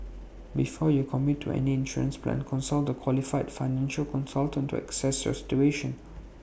before you commit to any insurance plan consult A qualified financial consultant to assess your situation